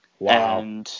Wow